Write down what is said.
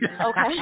Okay